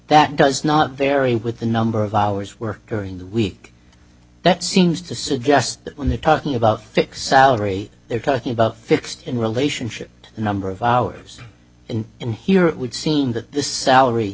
that does not vary with the number of hours worked during the week that seems to suggest that when they're talking about fixed salary they're talking about fixed in relationship to the number of hours in in here it would seem that the salary